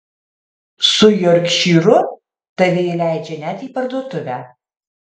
su jorkšyru tave įleidžia net į parduotuvę